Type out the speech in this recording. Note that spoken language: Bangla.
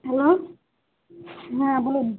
হ্যালো হ্যাঁ বলুন